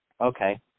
Okay